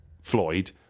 Floyd